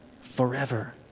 forever